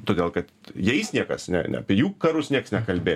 todėl kad jais niekas ne ne apie jų karus nieks nekalbėjo